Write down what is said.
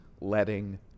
letting